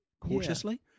cautiously